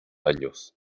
años